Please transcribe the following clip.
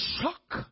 shock